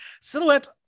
silhouette